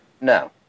No